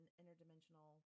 interdimensional